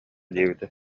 диэбитэ